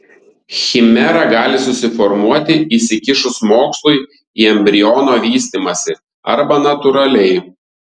chimera gali susiformuoti įsikišus mokslui į embriono vystymąsi arba natūraliai